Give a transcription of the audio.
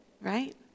right